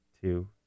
two